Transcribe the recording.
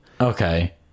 Okay